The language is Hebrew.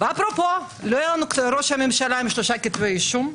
אפרופו לא היה לנו ראש ממשלה עם 3 כתבי אישום,